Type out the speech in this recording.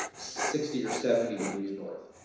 sixty or seventy degrees north.